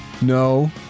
no